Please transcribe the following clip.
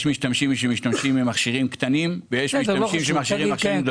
יש משתמשים שמשתמשים במכשירים קטנים ויש כאלה שמשתמשים במכשירים אחרים.